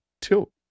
tilt